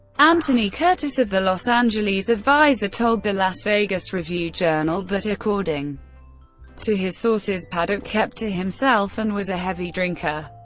anthony curtis of the los angeles advisor told the las vegas review-journal that according to his sources, paddock kept to himself and was a heavy drinker.